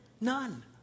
None